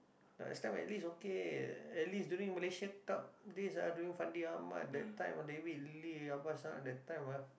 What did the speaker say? last time at least okay at least during Malaysia-Cup days ah during Fandi-Ahmad that time ah David-Lee that time ah